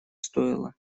стоило